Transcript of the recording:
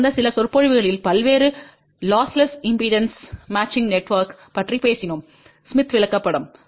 கடந்த சில சொற்பொழிவுகளில் பல்வேறு லொஸ்லெஸ் இம்பெடன்ஸ் பொருந்தக்கூடிய நெட்ஒர்க பற்றி பேசினோம் ஸ்மித் விளக்கப்படம்